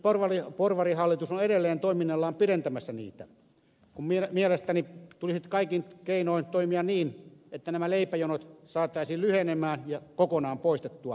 nyt porvarihallitus on edelleen toiminnallaan pidentämässä niitä kun mielestäni tulisi kaikin keinoin toimia niin että leipäjonot saataisiin lyhenemään ja kokonaan poistettua